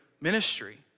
ministry